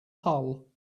hull